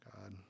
God